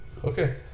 Okay